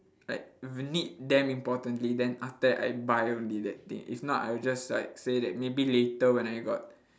like if you need damn importantly then after that I buy only that thing if not I'll just like say that maybe later when I got